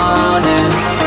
honest